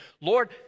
Lord